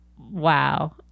Wow